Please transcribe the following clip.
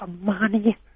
money